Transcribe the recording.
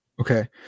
Okay